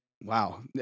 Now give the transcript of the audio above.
wow